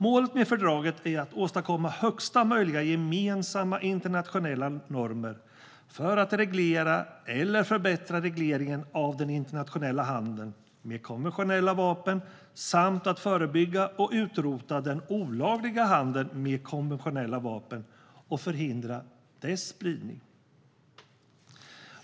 Målet med fördraget är att åstadkomma strängast möjliga gemensamma internationella normer för att reglera eller förbättra regleringen av den internationella handeln med konventionella vapen samt att förebygga och utrota den olagliga handeln med konventionella vapen och förhindra deras spridning.